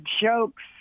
jokes